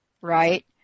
right